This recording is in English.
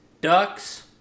ducks